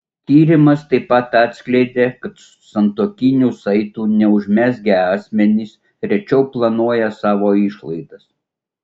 tyrimas taip pat atskleidė kad santuokinių saitų neužmezgę asmenys rečiau planuoja savo išlaidas